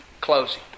closing